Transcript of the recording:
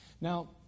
Now